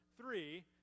three